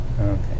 Okay